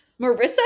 Marissa